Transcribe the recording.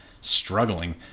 Struggling